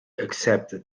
accepted